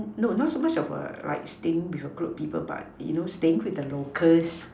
no not so much of err like staying with a group of people but you know staying with the locals